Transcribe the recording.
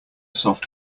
soft